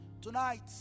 tonight